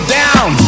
down